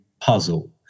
puzzle